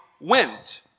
went